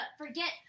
forget